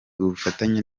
ubufatanye